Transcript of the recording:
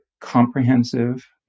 comprehensive